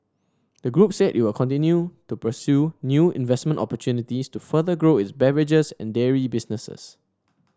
the group said that it will continue to pursue new investment opportunities to further grow its beverages and dairy businesses